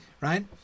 Right